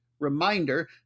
Reminder